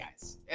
guys